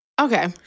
Okay